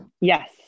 Yes